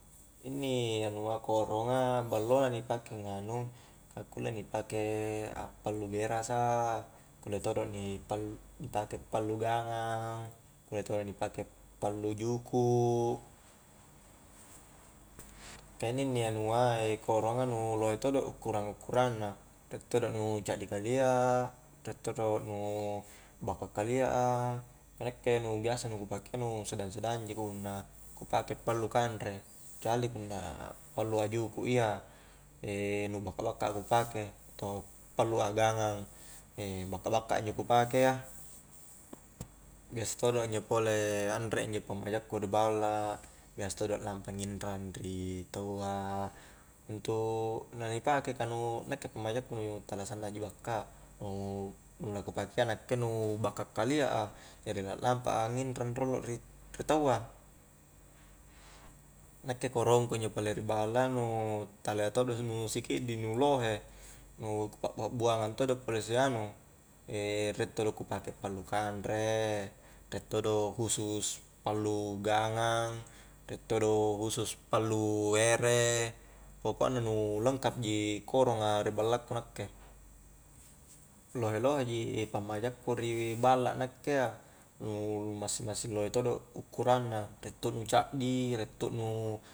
Inni anua koronga ballo na ni pake nganu, akulle ni pake a pallu berasa, kulle todo ni pall-ni pake pallu gangang kulle todo ni pake pallu juku' ka inni-inni anua koronga nu lohe todo ukkurang-ukkurang na, riek todo nu caddi kalea, riek todo nu bakka kalia a ka nakke nu biasa nu ku pakea sedang-sedang ji kunna ku pake pallu kanre kecuali punna pallu a juku iya, nu bakka-bakka a ku pake atau pallu a gangang bakk-bakka injo ku pake a biasa todo injo pole anre injo pammaja ku ri balla biasa todo lampa nginrang ri taua untuk na ni pake ka nu nakke pammaja ku nu tala sanna ji bakka nu laku pakea nakke nu bakka kalia a, jari na lampa a nginrang rolo ri-ri tau a nakke korong ku injo pole ri balla nu talia todo nu sikiddi, nu lohe nu ku pa'bua'-buangang todo pole sianu riek todo ku pake pallu kanre, riek todo husus pallu gangang, riek todo husus pallu ere pokokna nu lengkap ji koronga ri balla ku nakke lohe-lohe ji pammaja ku ri balla nakkea nu massing-massing lohe todo ukkurang na, riek to nu caddi, riek to nu